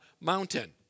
mountain